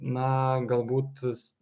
na galbūt